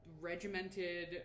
regimented